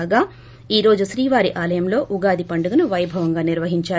కాగా ఈరోజు శ్రీవారి ఆలయంలో ఉగాది పండుగను వైభవంగా నిర్వహించారు